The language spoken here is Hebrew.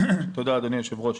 תודה אדוני היושב ראש.